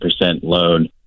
loan